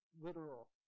literal